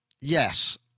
Yes